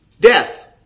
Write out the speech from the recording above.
Death